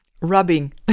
rubbing